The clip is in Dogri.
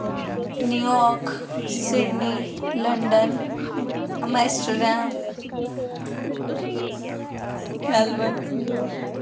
New York Sydney London Amsterdam Melbourne